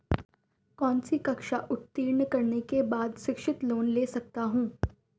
कौनसी कक्षा उत्तीर्ण करने के बाद शिक्षित लोंन ले सकता हूं?